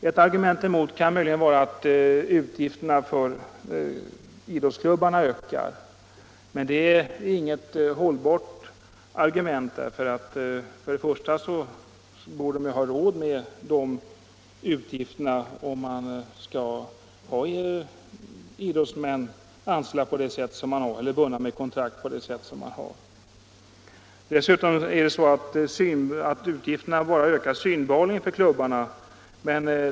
Ett argument emot kan möjligen vara att utgifterna för idrottsklubbarna ökar. Men det är inget hållbart argument därför att klubbarna borde ha råd med de utgifterna om de skall ha idrottsmän bundna med kontrakt på det sätt som de har. Dessutom ökar utgifterna bara skenbart för klubbarna.